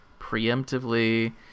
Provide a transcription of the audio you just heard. preemptively